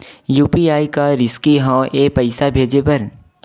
UPI का रिसकी हंव ए पईसा भेजे बर?